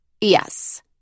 Yes